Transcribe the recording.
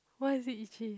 why is it itchy